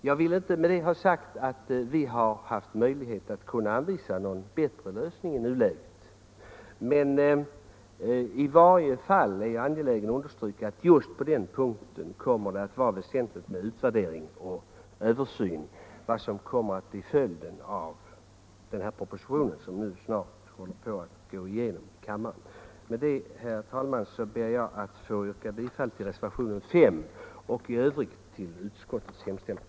Jag vill inte därmed ha sagt att vi kan anvisa någon bättre lösning i nuläget, men jag är angelägen om att understryka att det just på den punkten kommer att vara väsentligt med en utvärdering av det resultat som blir följden av den proposition som nu skall antagas av kammaren. Med det anförda, herr talman, ber jag att få yrka bifall till reservationen 5 och i övrigt till utskottets hemställan.